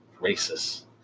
racist